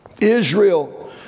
Israel